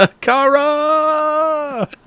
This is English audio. Kara